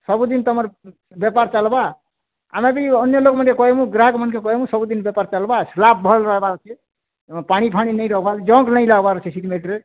ସବୁଦିନ୍ ତୁମର୍ ବେପାର୍ ଚାଲ୍ବା ଆମେ ବି ଅନ୍ୟ ଲୋକ୍କୁ ମଧ୍ୟ କହିବୁ ଅନ୍ୟ ଗ୍ରାହକମାନ୍କେ କହେମୁଁ ସବୁଦିନ୍ ବେପାର୍ ଚାଲ୍ବା ସ୍ଲାବ୍ ଦେବାର୍ ଅଛି ପାଣିଫାଣି ଜଙ୍କ୍ଫଙ୍କ୍ ନାଇଁ ଲାଗ୍ବାର ଅଛେ ସିମେଣ୍ଟରେ